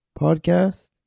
podcast